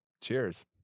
Cheers